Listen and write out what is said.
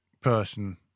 person